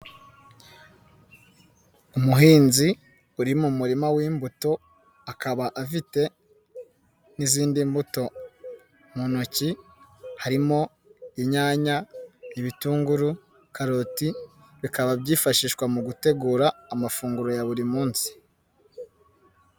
Umuhinzi uri mu murima w'imbuto, akaba afite n'izindi mbuto mu ntoki harimo inyanya, ibitunguru, karoti, bikaba byifashishwa mu gutegura amafunguro ya buri munsi.